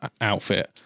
outfit